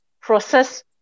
process